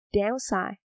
downside